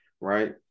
Right